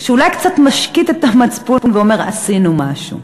שאולי קצת משקיט את המצפון ואומר: עשינו משהו.